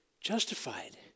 justified